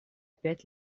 пять